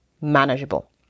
manageable